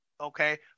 okay